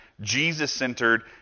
Jesus-centered